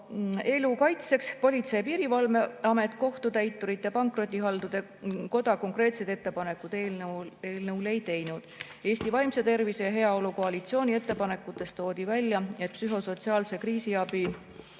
Elu Kaitseks, Politsei‑ ja Piirivalveamet ning Kohtutäiturite ja Pankrotihaldurite Koda konkreetseid ettepanekuid eelnõu kohta ei teinud. Eesti Vaimse Tervise ja Heaolu Koalitsiooni ettepanekutes toodi välja, et psühhosotsiaalse kriisiabi